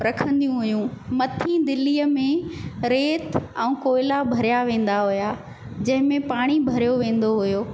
रखंदियूं हुयूं मथीं दिलीअ में रेति ऐं कोयला भरिया वेंदा हुया जंहिंमे पाणी भरियो वेंदो हुयो